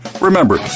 Remember